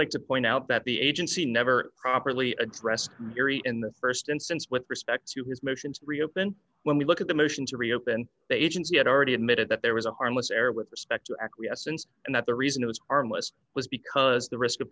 like to point out that the agency never properly addressed very in the st instance with respect to his mission to reopen when we look at the motion to reopen the agency had already admitted that there was a harmless error with respect to acquiesce and and that the reason it was arm was was because the